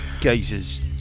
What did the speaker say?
gazers